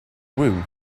room